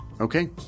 Okay